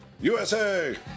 USA